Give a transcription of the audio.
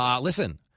listen